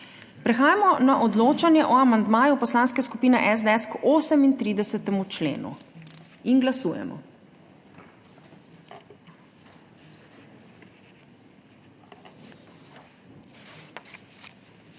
Prehajamo na odločanje o amandmaju Poslanske skupine SDS k 38. členu. Glasujemo.